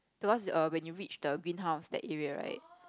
the one is a when you reach the green house the area right